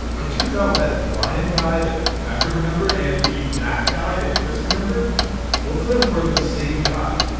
it turns out that brian guy that patrick remembered and the matt guy that chris remembered both of them were the same guy.